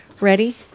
ready